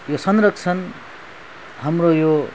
यो संरक्षण हाम्रो यो